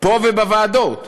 פה ובוועדות,